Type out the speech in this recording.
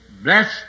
Bless